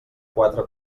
quatre